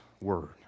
word